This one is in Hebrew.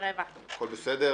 הכול בסדר.